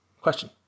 Question